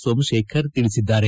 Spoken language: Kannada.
ಸೋಮತೇಖರ್ ತಿಳಿಸಿದ್ದಾರೆ